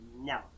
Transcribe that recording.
No